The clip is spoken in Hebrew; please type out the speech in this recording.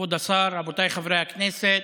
כבוד השר, רבותיי חברי הכנסת,